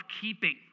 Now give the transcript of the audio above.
keeping